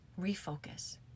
refocus